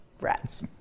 rats